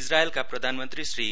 इज्रायलका प्रधानमन्त्री श्री